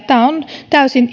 tämä on täysin